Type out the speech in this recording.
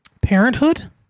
Parenthood